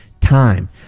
time